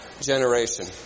generation